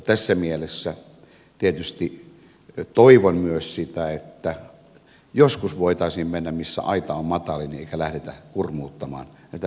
tässä mielessä tietysti toivon myös sitä että joskus voitaisiin mennä siitä missä aita on matalin eikä lähdettäisi kurmuuttamaan näitä yrittäjiä